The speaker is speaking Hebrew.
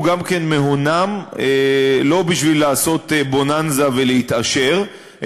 גם כן מהונם לא בשביל לעשות בוננזה ולהתעשר,